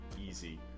easy